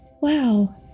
Wow